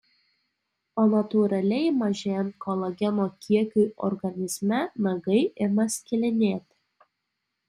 o natūraliai mažėjant kolageno kiekiui organizme nagai ima skilinėti